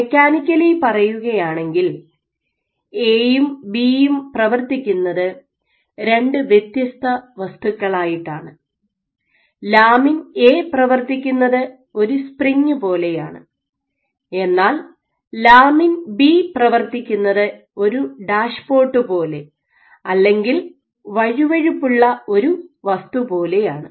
mechanically പറയുകയാണെങ്കിൽ എയും ബിയും പ്രവർത്തിക്കുന്നത് രണ്ട് വ്യത്യസ്ത വസ്തുക്കളായിട്ടാണ് ലാമിൻ എ പ്രവർത്തിക്കുന്നത് ഒരു സ്പ്രിങ് പോലെയാണ് എന്നാൽ ലാമിൻ ബി പ്രവർത്തിക്കുന്നത് ഒരു ഡാഷ് പോട്ട് പോലെ അല്ലെങ്കിൽ വഴുവഴുപ്പുള്ള ഒരു വസ്തു പോലെയാണ്